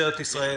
משטרת ישראל.